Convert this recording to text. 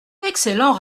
excellent